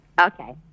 Okay